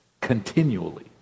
continually